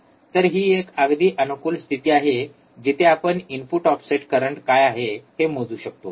तर ही एक अगदी अनुकूल स्थिती आहे की जिथे आपण इनपुट ऑफसेट करंट काय आहे हे मोजू शकतो